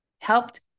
helped